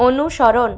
অনুসরণ